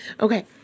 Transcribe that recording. Okay